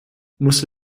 musst